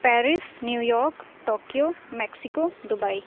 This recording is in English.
Paris New York Tokyo Mexico Dubai